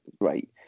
great